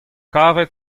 kavet